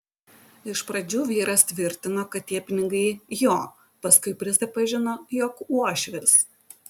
iš pradžių vyras tvirtino kad tie pinigai jo paskui prisipažino jog uošvės